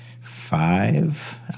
five